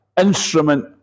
instrument